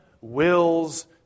wills